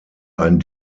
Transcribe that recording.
ein